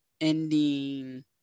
ending